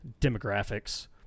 demographics